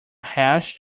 hash